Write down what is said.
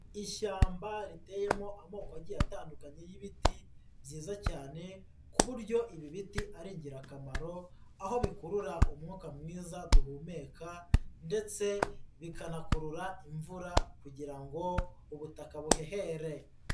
Ishyamba riteyemo amoko agiye atandukanye y'ibiti, byiza cyane ku buryo ibi biti ari ingirakamaro, aho bikurura umwuka mwiza duhumeka ndetse bikanakurura imvura kugira ngo ubutaka buhehere.